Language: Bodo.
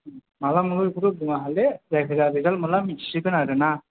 माब्ला मोनो बेखौथ' बुंनो हाला जायखिजाया रिजाल्त मोनब्ला मिथिसिगोन आरो ना